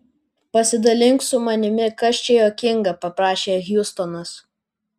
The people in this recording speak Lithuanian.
pasidalink su manimi kas čia juokinga paprašė hjustonas